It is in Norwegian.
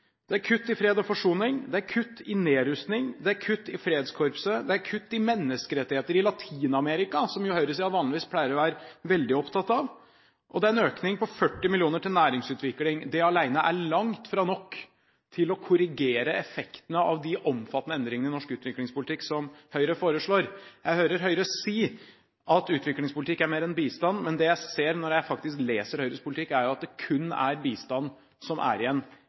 det er kutt i fred og forsoning, det er kutt i nedrustning, det er kutt i Fredskorpset, det er kutt i menneskerettigheter i Latin-Amerika, som jo høyresiden vanligvis pleier å være veldig opptatt av, og det er en økning på 40 mill. kr til næringsutvikling. Det alene er langt fra nok til å korrigere effektene av de omfattende endringene i norsk utviklingspolitikk som Høyre foreslår. Jeg hører Høyre si at utviklingspolitikk er mer enn bistand, men det jeg ser når jeg leser Høyres politikk, er at det kun er bistand som er igjen,